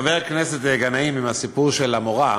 לחבר הכנסת גנאים, עם הסיפור של המורה,